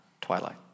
twilight